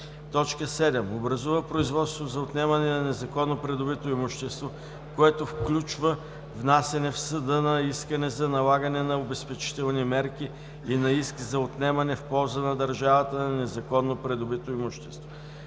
7. образува производство за отнемане на незаконно придобито имущество, което включва внасяне в съда на искане за налагане на обезпечителни мерки и на иск за отнемане в полза на държавата на незаконно придобито имущество;